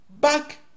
Back